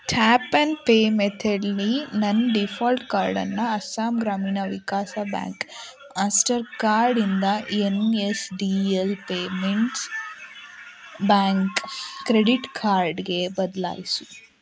tap and pay ಮೆಥಡಲ್ಲಿ ನನ್ನ default ಕಾರ್ಡನ್ನು ಅಸ್ಸಾಂ ಗ್ರಾಮೀಣ ವಿಕಾಸ ಬ್ಯಾಂಕ್ ಆಸ್ಟರ್ಕಾರ್ಡಿಂದ N S D L payments bank credit ಖಾರ್ಡ್ಗೆ ಬದಲಾಯಿಸು